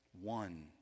one